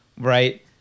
right